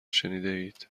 شنیدهاید